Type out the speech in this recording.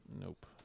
Nope